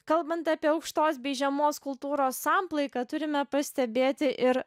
kalbant apie aukštos bei žemos kultūros samplaiką turime pastebėti ir